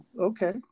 okay